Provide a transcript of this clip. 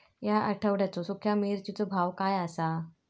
या आठवड्याचो सुख्या मिर्चीचो भाव काय आसा?